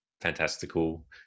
fantastical